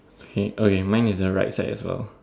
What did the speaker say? okay okay mine is the right side as well